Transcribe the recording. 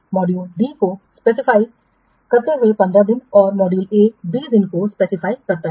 module D को निर्दिष्ट करते हुए 15 दिन और मॉड्यूल ए 20 दिनों को निर्दिष्ट करता है